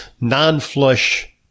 non-flush